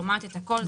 שומעת את הכול.